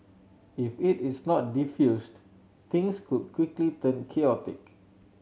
if it is not defused things could quickly turn chaotic